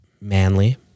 Manly